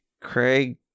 Craig